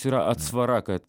yra atsvara kad